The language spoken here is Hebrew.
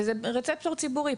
וזה רצפטור ציבורי,